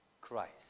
Christ